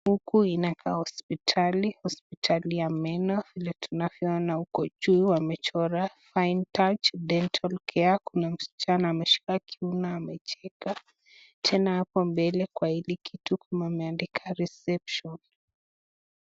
Huku inakaa hospitali, hospitali ya meno, vile tunavyoona huko juu wamechora fine touch dental care , kuna msichana ameshika kiuno amecheka, tena hapo mbele kwa hii kitu wameandika reception .